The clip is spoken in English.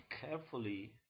carefully